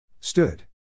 Stood